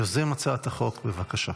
יוזם הצעת החוק, בבקשה.